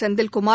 Senthil Kumar